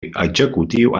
executiu